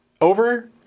over